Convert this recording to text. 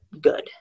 good